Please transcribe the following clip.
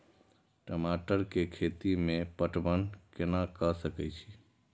टमाटर कै खैती में पटवन कैना क सके छी?